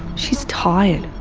she's tired.